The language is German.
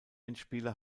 endspiele